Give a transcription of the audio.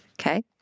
Okay